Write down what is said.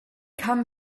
come